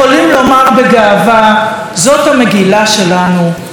יכולים לומר בגאווה: זאת המגילה שלנו,